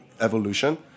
evolution